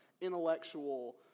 intellectual